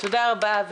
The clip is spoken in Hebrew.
תודה רבה.